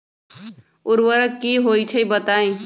उर्वरक की होई छई बताई?